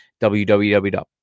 WWW